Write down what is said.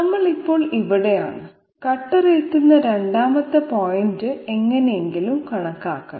നമ്മൾ ഇപ്പോൾ ഇവിടെയാണ് കട്ടർ എത്തുന്ന രണ്ടാമത്തെ പോയിന്റ് എങ്ങനെയെങ്കിലും കണക്കാക്കണം